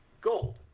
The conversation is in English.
gold